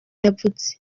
yavuze